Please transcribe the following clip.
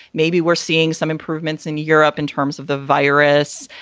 maybe we're seeing some improvements in europe in terms of the virus.